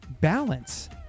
balance